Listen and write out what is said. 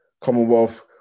Commonwealth